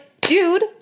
dude